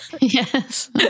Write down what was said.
Yes